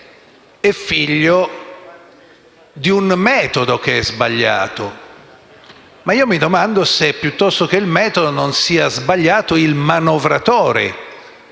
è il metodo che è sbagliato. Io mi domando se piuttosto che il metodo non sia sbagliato il manovratore,